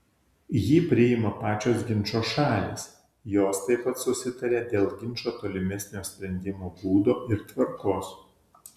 jį priima pačios ginčo šalys jos taip pat susitaria dėl ginčo tolimesnio sprendimo būdo ir tvarkos